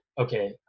okay